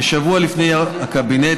כשבוע לפני ישיבת הקבינט.